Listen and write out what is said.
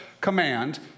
command